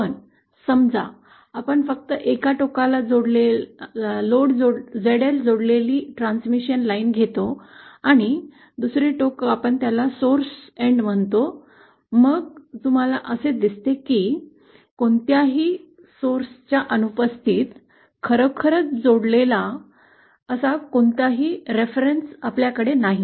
पण समजा आपण फक्त एका टोकाला जोडलेल्या लोड ZL सह ट्रान्समिशन लाईन घेतो आपण त्याला स्रोत टोक म्हणतो मग तुम्हाला असे दिसते की जे खरोखरच जोडलेले आहे आपल्याकडे कोणताही संदर्भ नाही